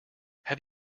have